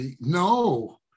No